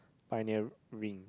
pioneer ring